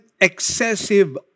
excessive